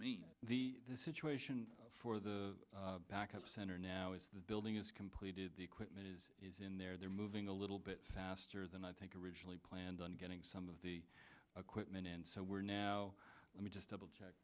mean the situation for the backup center now is the building is completed the equipment is is in there they're moving a little bit faster than i think originally planned on getting some of the equipment and so we're now let me just double check